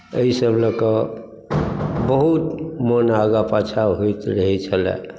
ताहि सब लऽ कऽ बहुत मन आगाँ पाछाँ होइत रहै छलए